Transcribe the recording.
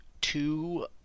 two